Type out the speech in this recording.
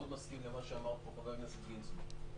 מסכים למה שאמר פה חבר הכנסת גינזבורג.